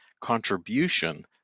contribution